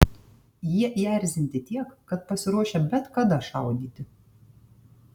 jie įerzinti tiek kad pasiruošę bet kada šaudyti